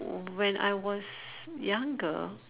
when I was younger